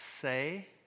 say